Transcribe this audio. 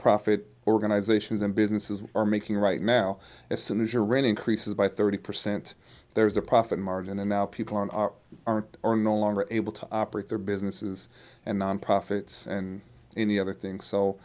profit organizations and businesses are making right now as soon as your rent increases by thirty percent there's a profit margin and now people are no longer able to operate their businesses and non profits and any other things so